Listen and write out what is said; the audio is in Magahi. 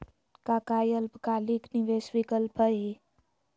का काई अल्पकालिक निवेस विकल्प हई?